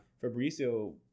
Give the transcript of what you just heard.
Fabrizio